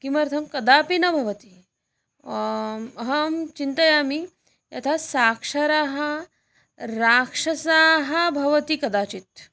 किमर्थं कदापि न भवति अहं चिन्तयामि यथा साक्षरः राक्षसः भवति कदाचित्